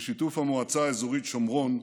בשיתוף המועצה האזורית שומרון,